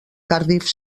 cardiff